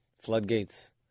Floodgates